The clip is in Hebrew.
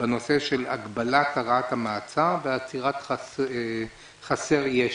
בנושא של הגבלת הארכת המעצר ועצירת חסר ישע.